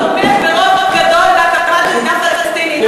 הרכב הכנסת הזאת תומך ברוב גדול בהקמת מדינה פלסטינית.